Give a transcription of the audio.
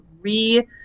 re